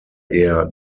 eher